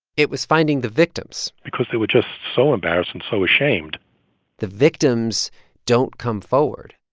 it was finding the victims because they were just so embarrassed and so ashamed the victims don't come forward.